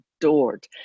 adored